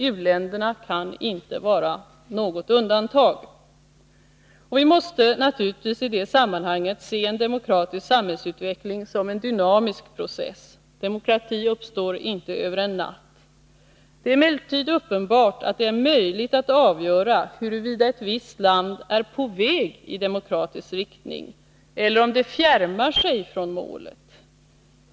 U-länderna kan inte vara något undantag. Vi måste naturligtvis i det sammanhanget se en demokratisk samhällsutveckling som en dynamisk process. Demokrati uppstår inte över en natt. Det är emellertid uppenbart att det är möjligt att avgöra, huruvida ett visst land är på väg i demokratisk riktning eller om det fjärmar sig från målet.